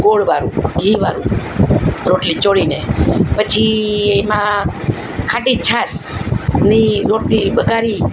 ગોળવાળું ઘીવાળું રોટલી ચોળીને પછી એમાં ખાટી છાશની રોટલી વઘારી